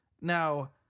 Now